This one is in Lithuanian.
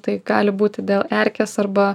tai gali būti dėl erkės arba